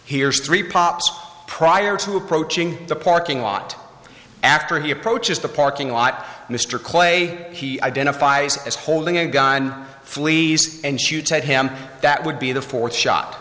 hears three pops prior to approaching the parking lot after he approaches the parking lot mr clay he identifies as holding a gun flees and shoots at him that would be the fourth shot